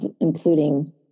including